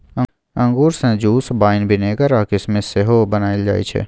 अंगुर सँ juice, wine, vinegar आ किसमिस सेहो बनाएल जाइ छै